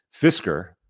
fisker